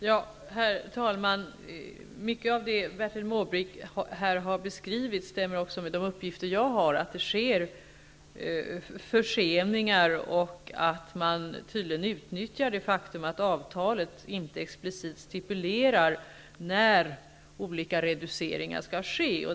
Herr talman! Mycket av det Bertil Måbrink här har beskrivit stämmer med de uppgifter som jag också har fått, nämligen att det sker förseningar och att man tydligen utnyttjar det faktum att avtalet inte explicit stipulerar när olika reduceringar skall ske.